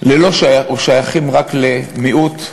לשייכים רק למיעוט,